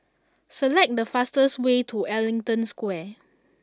select the fastest way to Ellington Square